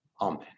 amen